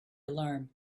alarm